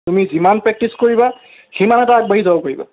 তুমি যিমান প্ৰেক্টিছ কৰিবা সিমান এটা আগবাঢ়ি যাব পাৰিবা